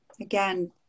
Again